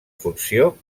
funció